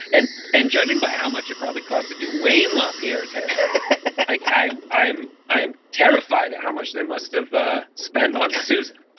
and and judging by how much it probably cost to do wayne lapierre's hair i'm i'm terrified how much they must have spent on susan.